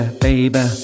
baby